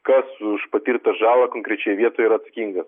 kas už patirtą žalą konkrečioj vietoj yra atsakingas